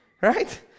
right